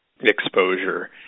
exposure